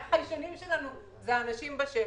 החיישנים שלנו הם האנשים בשטח.